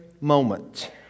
moment